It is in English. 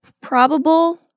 probable